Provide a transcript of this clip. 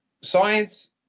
science